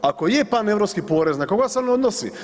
Ako je paneuropski porez, na koga se on odnosi?